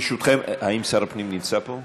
ברשותכם, האם שר הפנים נמצא פה?